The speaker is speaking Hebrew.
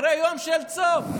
אחרי יום של צום,